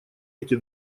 эти